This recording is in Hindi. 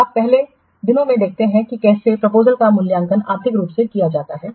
आप पहले दिनों में देखते हैं कि कैसे प्रपोजलसका मूल्यांकन आर्थिक रूप से किया जाता है